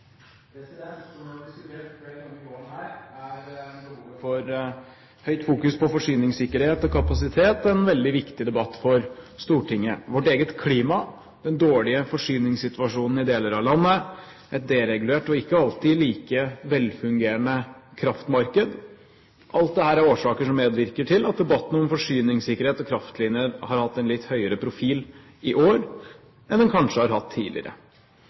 behovet for høyt fokus på forsyningssikkerhet og kapasitet en veldig viktig debatt for Stortinget. Vårt eget klima, den dårlige forsyningssituasjonen i deler av landet, et deregulert og ikke alltid like velfungerende kraftmarked – alt dette er årsaker som medvirker til at debatten om forsyningssikkerhet og kraftlinjer har hatt en litt høyere profil i år enn den kanskje har hatt